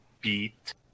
beat